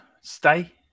Stay